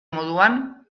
moduan